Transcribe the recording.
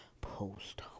post